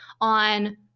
on